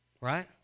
Right